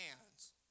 hands